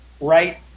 right